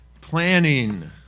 Planning